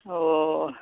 अ